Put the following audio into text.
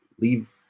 leave